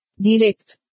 Direct